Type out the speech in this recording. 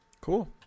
Cool